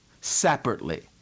separately